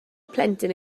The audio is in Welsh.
plentyn